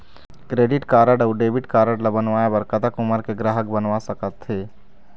Credit card अऊ debit card ला बनवाए बर कतक उमर के ग्राहक बनवा सका थे?